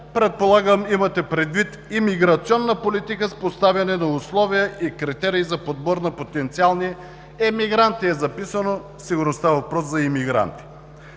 предполагам, имате предвид имиграционна политика с поставяне на условие и критерий за подбор на потенциални „емигранти“ е записано, сигурно става въпрос за имигранти.